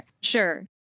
sure